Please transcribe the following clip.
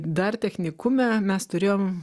dar technikume mes turėjom